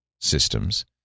systems